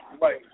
Right